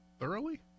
Thoroughly